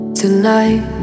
tonight